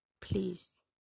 Please